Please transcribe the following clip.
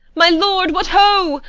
my lord! what, ho!